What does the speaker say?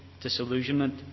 disillusionment